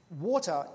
water